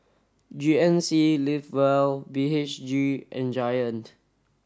G N C live well B H G and Giant